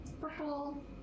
Purple